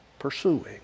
pursuing